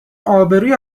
آبروی